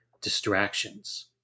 distractions